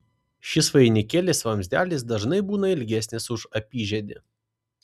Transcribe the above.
šis vainikėlis vamzdelis dažnai būna ilgesnis už apyžiedį